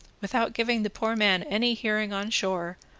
without giving the poor man any hearing on shore,